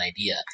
idea